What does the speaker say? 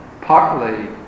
partly